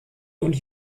und